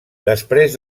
després